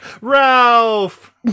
Ralph